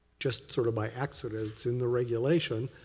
just sort of by accidents in the regulation,